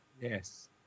Yes